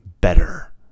better